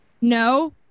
no